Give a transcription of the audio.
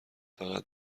فقط